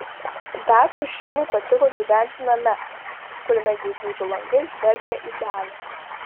dacių šeimai patiko gyventi name kuriame jų buto langai žvelgė į danę